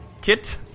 Kit